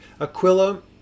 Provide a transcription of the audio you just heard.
Aquila